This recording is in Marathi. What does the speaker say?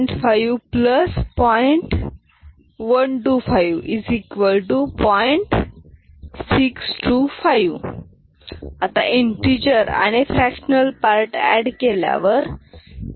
625 आता इंटीजर आणि फ्रॅक्टनल पार्ट अॅड केल्यावर 10